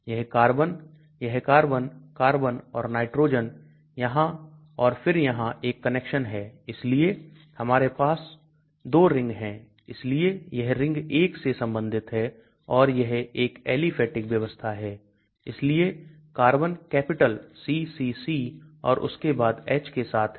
यह कार्बन यह carbon carbon और नाइट्रोजन यहां और फिर यहां एक कनेक्शन है इसलिए हमारे पास तो रिंग है इसलिए यह रिंग 1 से संबंधित है और यह 1 Aliphatic व्यवस्था है इसलिए कार्बन कैपिटल CCC और उसके बाद H के साथ है